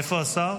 איפה השר?